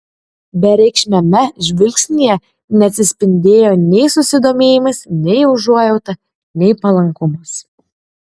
bereikšmiame žvilgsnyje neatsispindėjo nei susidomėjimas nei užuojauta nei palankumas